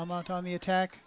i'm out on the attack